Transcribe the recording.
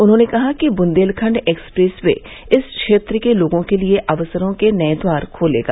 उन्होंने कहा कि बुंदेलखण्ड एक्सप्रेस वे इस क्षेत्र के लोगों के लिए अवसरों के नए द्वार खोलेगा